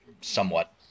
somewhat